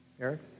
Eric